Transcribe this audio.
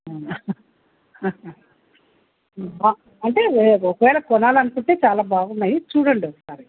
అవునా అంటే ఒకవేళ కొనాలి అనుకుంటే చాలా బాగున్నాయి చూడండి ఒకసారి